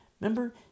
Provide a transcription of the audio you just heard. remember